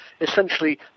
essentially